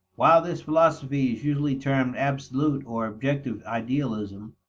while this philosophy is usually termed absolute or objective idealism,